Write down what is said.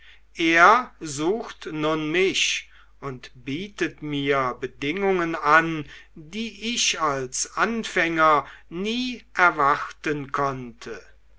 er sucht nun mich und bietet mir bedingungen an die ich als anfänger nie erwarten konnte